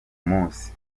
muzi